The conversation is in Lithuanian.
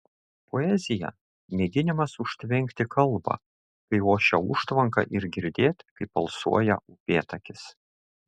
poezija mėginimas užtvenkti kalbą kai ošia užtvanka ir girdėt kaip alsuoja upėtakis